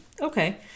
okay